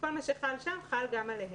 כל מה שחל שם חל גם עליהם,